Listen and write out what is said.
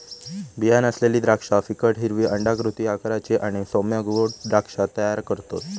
बीया नसलेली द्राक्षा फिकट हिरवी अंडाकृती आकाराची आणि सौम्य गोड द्राक्षा तयार करतत